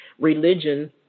Religion